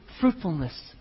fruitfulness